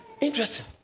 Interesting